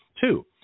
Two